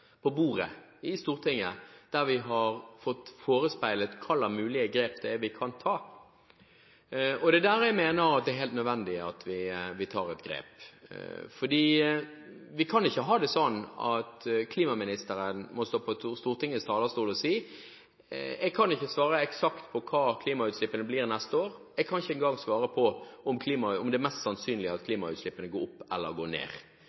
på bordet i Stortinget der vi har fått oss forespeilet hva slags mulige grep det er vi kan ta. Det er da jeg mener at det er helt nødvendig at vi tar et grep. For vi kan ikke ha det sånn at klimaministeren må stå på Stortingets talerstol og si: Jeg kan ikke svare eksakt på hva klimagassutslippene blir neste år, jeg kan ikke engang svare på om det er mest sannsynlig at klimagassutslippene går opp eller går ned. Det er altså sånn at klimagassutslippene må gå ned